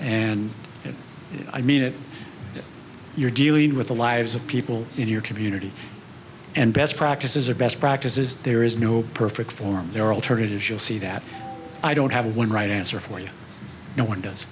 mission and i mean it you're dealing with the lives of people in your community and best practices are best practices there is no perfect form there are alternatives you'll see that i don't have one right answer for you no one does